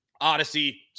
Odyssey